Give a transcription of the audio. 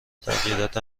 تغییرات